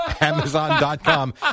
Amazon.com